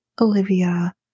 Olivia